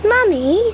Mummy